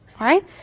right